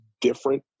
different